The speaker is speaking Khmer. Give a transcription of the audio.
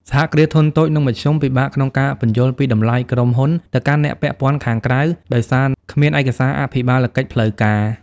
សហគ្រាសធុនតូច និងមធ្យម ពិបាកក្នុងការពន្យល់ពី "តម្លៃក្រុមហ៊ុន" ទៅកាន់អ្នកពាក់ព័ន្ធខាងក្រៅ ដោយសារគ្មានឯកសារអភិបាលកិច្ចផ្លូវការ។